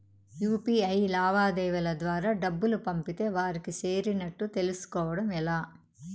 UPI లావాదేవీల ద్వారా డబ్బులు పంపితే వారికి చేరినట్టు తెలుస్కోవడం ఎలా?